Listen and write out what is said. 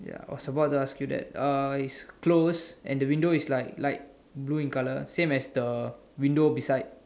ya was about to ask you that it's closed and the window is like light blue colour same as the window beside